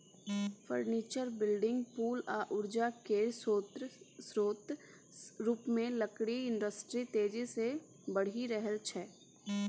furniture, building, पुल आ उर्जा केर स्रोत रुपमे लकड़ी इंडस्ट्री तेजी सँ बढ़ि रहल छै